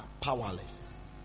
powerless